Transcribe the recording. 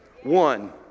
One